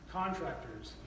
contractors